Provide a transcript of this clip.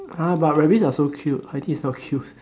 !huh! but rabbits are so cute Heidi is not cute